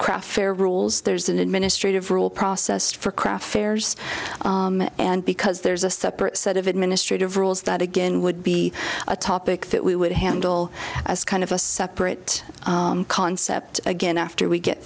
craft fair rules there's an administrative rule processed for craft fairs and because there's a separate set of administrative rules that again would be a topic that we would handle as kind of a separate concept again after we get